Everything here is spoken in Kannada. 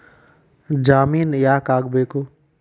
ಜಾಮಿನ್ ಯಾಕ್ ಆಗ್ಬೇಕು?